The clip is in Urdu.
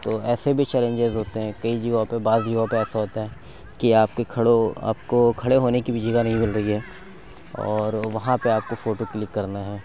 تو ایسے بھی چیلینجز ہوتے ہیں کئی جگہوں پہ بعض جگہوں پہ ایسا ہوتا ہے کہ آپ کے کھڑے آپ کو کھڑے ہونے کی بھی جگہ نہیں مل رہی ہے اور وہاں پہ آپ کو فوٹو کلک کرنا ہے